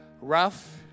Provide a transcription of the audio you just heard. rough